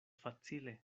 facile